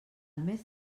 mes